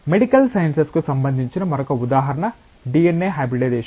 medical sciences కు సంబంధించిన మరొక ఉదాహరణ DNA హైబ్రిడైజేషన్